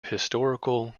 historical